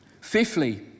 Fifthly